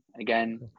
again